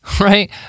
right